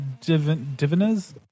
diviners